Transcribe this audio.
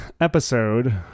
episode